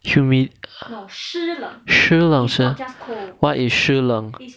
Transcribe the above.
humid 湿冷 what is 湿冷